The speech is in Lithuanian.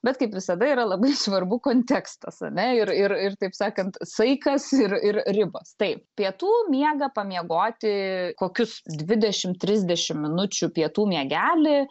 bet kaip visada yra labai svarbu kontekstas ane ir ir ir taip sakant saikas ir ir ribos taip pietų miegą pamiegoti kokius dvidešimt trisdešimt minučių pietų miegelį